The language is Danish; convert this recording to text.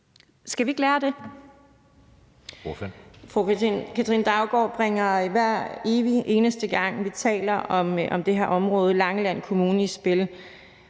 Skal vi ikke lære af det?